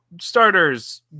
starters